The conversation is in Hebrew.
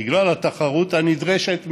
בגלל התחרות הנדרשת מהן,